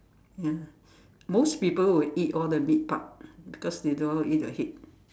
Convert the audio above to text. ya most people would eat all the meat part because they don't know how to eat the head